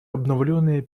обновленные